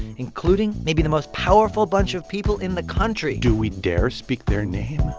including maybe the most powerful bunch of people in the country do we dare speak their name?